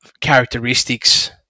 characteristics